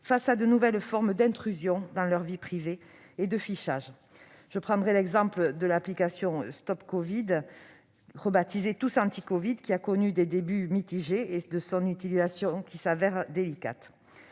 face à de nouvelles formes d'intrusion dans leur vie privée et de fichage. À titre d'exemple, j'évoquerai l'application StopCovid, rebaptisée TousAntiCovid, qui a connu des débuts mitigés et dont l'utilisation se révèle délicate